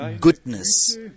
goodness